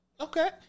okay